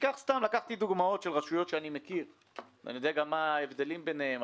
לקחתי דוגמאות של רשויות שאני מכיר ואני יודע גם מה ההבדלים ביניהן.